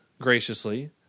graciously